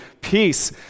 Peace